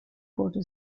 wurde